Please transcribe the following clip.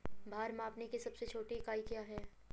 भार मापने की सबसे छोटी इकाई क्या है?